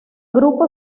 grupo